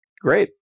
great